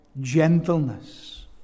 gentleness